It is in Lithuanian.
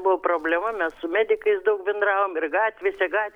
buvo problema mes su medikais daug bendravom ir gatvėse ga